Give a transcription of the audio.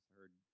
heard